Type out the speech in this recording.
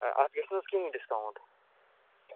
ہے اَتھ گژھِ نہٕ حظ کِہیٖنۍ ڈِسکاونٹ